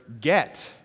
get